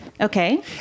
Okay